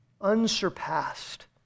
unsurpassed